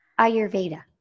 Ayurveda